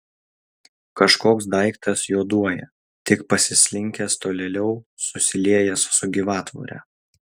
kažkoks daiktas juoduoja tik pasislinkęs tolėliau susiliejęs su gyvatvore